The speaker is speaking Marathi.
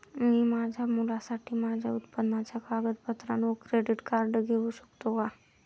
मी माझ्या मुलासाठी माझ्या उत्पन्नाच्या कागदपत्रांवर क्रेडिट कार्ड घेऊ शकतो का?